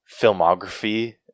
filmography